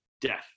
death